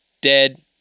dead